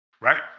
Right